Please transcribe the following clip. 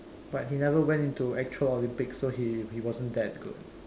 but he never went into actual Olympics so he he wasn't that good